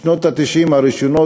בשנות ה-90 הראשונות,